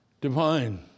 divine